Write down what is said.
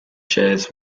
shares